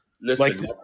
Listen